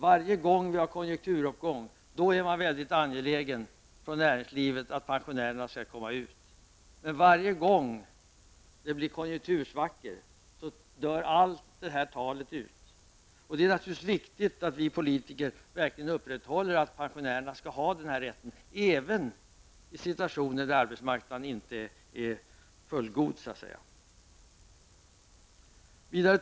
Varje gång som vi har en konjunkturuppgång är man mycket angelägen inom näringslivet om att pensionärerna skall komma ut i arbetslivet. Men varje gång det blir konjunktursvackor dör allt det här talet ut. Det är naturligtvis viktigt att vi politiker verkligen upprätthåller denna möjlighet för pensionärerna även i situationer när arbetsmarknaden inte är så att säga fullgod.